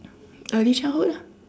early childhood ah